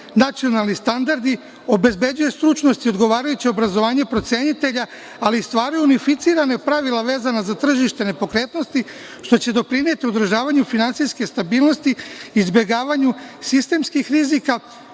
nacionalni standardi, obezbeđuje stručnost i odgovarajuće obrazovanje procenitelja, ali i stvaraju unificirana pravila vezana za tržište nepokretnosti, što će doprineti održavanju finansijske stabilnosti, izbegavanju sistemskih rizika,